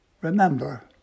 remember